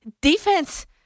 defense